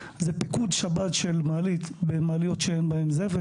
פיקוד שבת של מעלית במעליות שאין בהן את זה.